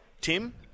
Tim